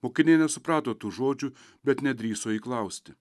mokiniai nesuprato tų žodžių bet nedrįso jį klausti